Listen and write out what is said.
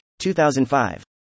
2005